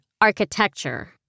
Architecture